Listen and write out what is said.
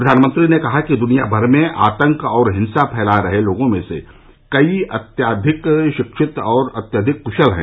प्रधानमंत्री ने कहा कि दुनियाभर में आतंक और हिंसा फैला रहे लोगों में से कई अत्यधिक शिक्षित और अत्यधिक क्शल हैं